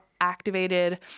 activated